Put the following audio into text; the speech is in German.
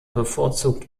bevorzugt